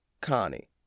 Connie